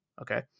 okay